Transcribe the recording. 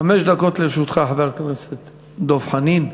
חמש דקות לרשותך, חבר הכנסת דב חנין.